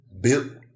built